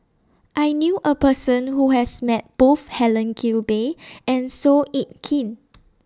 I knew A Person Who has Met Both Helen Gilbey and Seow Yit Kin